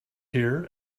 here